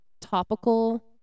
topical